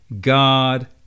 God